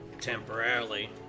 temporarily